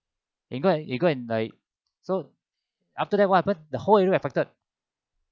it go and it go and like so after that what happen the whole area affected